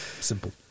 Simple